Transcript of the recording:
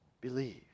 Believe